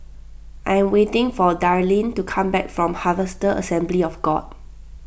I am waiting for Darlyne to come back from Harvester Assembly of God